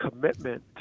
commitment